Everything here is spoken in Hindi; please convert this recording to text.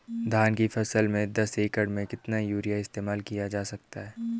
धान की फसल में दस एकड़ में कितना यूरिया इस्तेमाल किया जा सकता है?